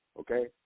okay